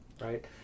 right